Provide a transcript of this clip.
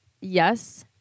Yes